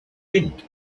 wind